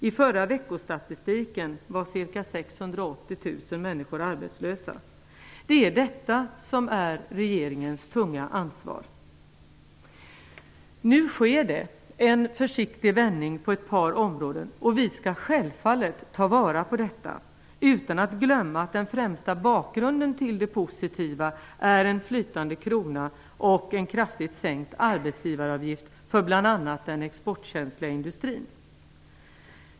I förra veckostatistiken var 680 000 människor arbetslösa. Det är detta som är regeringens tunga ansvar. Nu sker det en försiktig vändning på ett par områden, och vi skall självfallet ta vara på detta -- utan att glömma att den främsta bakgrunden till det positiva är en flytande krona och kraftigt sänkt arbetsgivaravgift för bl.a. den exportkänsliga industrin.